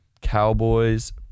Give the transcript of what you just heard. Cowboys